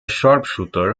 sharpshooter